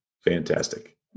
Fantastic